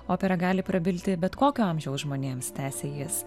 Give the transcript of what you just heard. opera gali prabilti bet kokio amžiaus žmonėms tęsė jis